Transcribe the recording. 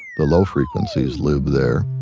the low frequencies live there.